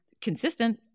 consistent